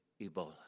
Ebola